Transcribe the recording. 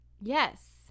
yes